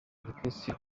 orchestre